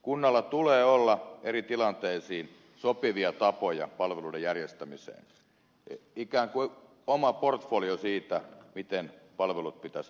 kunnalla tulee olla eri tilanteisiin sopivia tapoja palveluiden järjestämiseen ikään kuin oma portfolio siitä miten palvelut pitäisi tuottaa